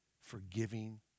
forgiving